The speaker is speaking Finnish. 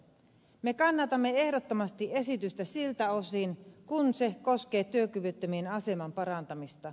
me kannatamme ehdottomasti esitystä siltä osin kuin se koskee työkyvyttömien aseman parantamista